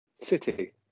City